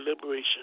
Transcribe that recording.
liberation